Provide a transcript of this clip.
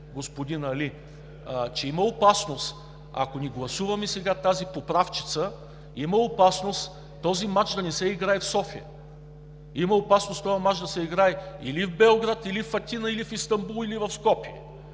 господин Али, че има опасност, ако не гласуваме сега тази поправчица, има опасност този мач да не се играе в София, има опасност този мач да се играе или в Белград, или в Атина, или в Истанбул, или в Скопие.